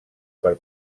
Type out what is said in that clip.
per